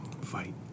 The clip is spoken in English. Fight